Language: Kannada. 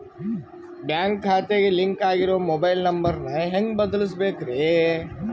ಬ್ಯಾಂಕ್ ಖಾತೆಗೆ ಲಿಂಕ್ ಆಗಿರೋ ಮೊಬೈಲ್ ನಂಬರ್ ನ ಹೆಂಗ್ ಬದಲಿಸಬೇಕ್ರಿ?